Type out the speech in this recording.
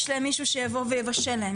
יש להם מישהו שיבוא ויבשל להם,